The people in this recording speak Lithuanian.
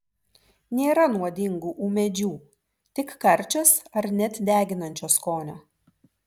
nėra nuodingų ūmėdžių tik karčios ar net deginančio skonio